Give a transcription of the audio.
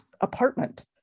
apartment